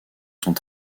sont